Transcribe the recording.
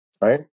right